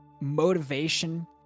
motivation